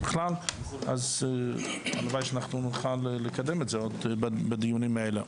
אז הלוואי שאנחנו נוכל לקדם את זה עוד בדיונים האלה.